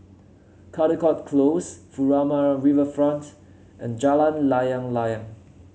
Caldecott Close Furama Riverfront and Jalan Layang Layang